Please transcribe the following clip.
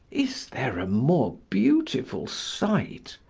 is there a more beautiful sight?